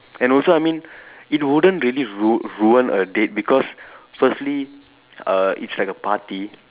and also I mean it wouldn't really ruin ruin a date because firstly uh it's like a party